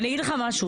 אגיד לך משהו,